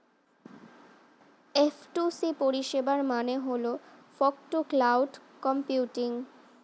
F two C পরিষেবার মানে হল ফগ টু ক্লাউড কম্পিউটিং